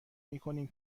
میکنیم